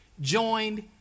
joined